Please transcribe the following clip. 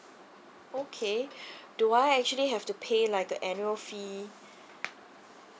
okay do I actually have to pay like a annual fee